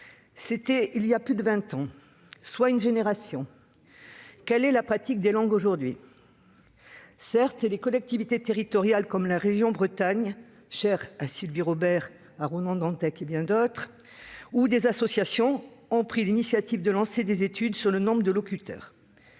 C'était il y a plus de vingt ans, soit une génération. Quelle est la pratique de ces langues aujourd'hui ? Certes, des collectivités territoriales, comme la région Bretagne, chère à Sylvie Robert, Ronan Dantec et bien d'autres, ou des associations ont pris l'initiative de lancer des études sur le nombre de locuteurs.